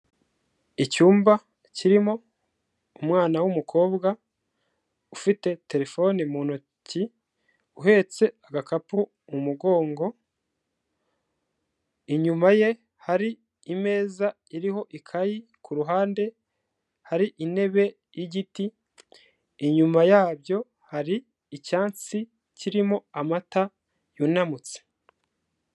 Icyumba kirimo umwana w'umukobwa, ufite terefone mu ntoki, uhetse agakapu mu mugongo, inyuma ye, hari imeza iriho ikayi, ku ruhande hari intebe y'igiti, inyuma yabyo hari icyatsi kirimo amata yunamutse.